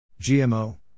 GMO